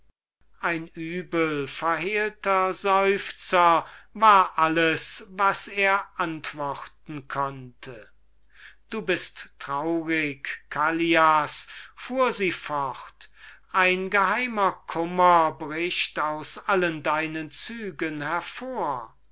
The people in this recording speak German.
könne ein übelverhehlter seufzer war alles was er antworten konnte du bist traurig callias fuhr sie fort ein geheimer kummer bricht aus allen deinen zügen hervor du